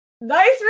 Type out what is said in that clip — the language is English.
Nice